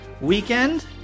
weekend